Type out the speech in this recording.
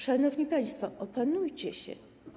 Szanowni państwo, opanujcie się.